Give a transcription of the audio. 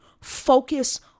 Focus